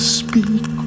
speak